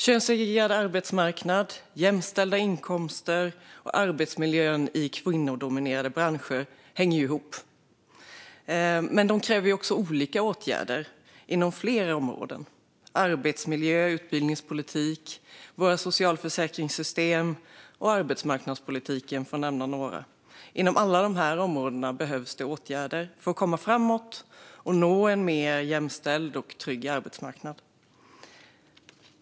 Könssegregerad arbetsmarknad, jämställda inkomster och arbetsmiljön i kvinnodominerade branscher hänger ihop, men de kräver olika åtgärder inom flera områden: arbetsmiljö, utbildningspolitik, våra socialförsäkringssystem och arbetsmarknadspolitik, för att nämna några. Inom alla dessa områden behövs åtgärder för att komma framåt och nå en mer jämställd och trygg arbetsmarknad.